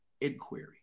inquiry